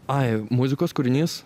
ai muzikos kūrinys